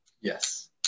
Yes